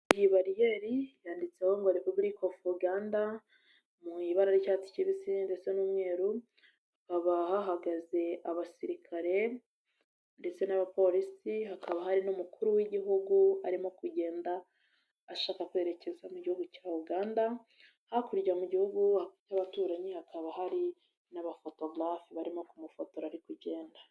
lyi bariyeri yanditseho ngo repubulic of Uganda mu ibara ry'icyatsi kibisi ndetse n'umweru, hakaba hahagaze abasirikare, ndetse n'abapolisi. Hakaba hari n'umukuru w'igihugu arimo kugenda ashaka kwerekeza mu gihugu cya Uganda, ha kurya mu gihugu cy'abaturanyi ,hakaba hari n'aba photographer barimo ku mufotora ari kugenda.